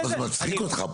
אבל זה מצחיק אותך.